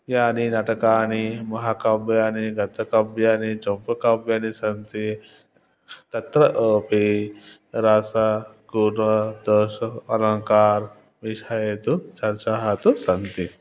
यानि नटकानि महाकाव्यानि गद्यकाव्यानि चम्पूकाव्यानि सन्ति तत्र कोपि रसः गुणः दश अलङ्कारः विषये तु चर्चाः तु सन्ति